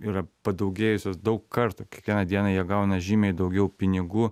yra padaugėjusios daug kartų kiekvieną dieną jie gauna žymiai daugiau pinigų